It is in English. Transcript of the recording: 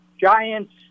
Giants